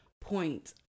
point